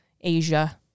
Asia